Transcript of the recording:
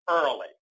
early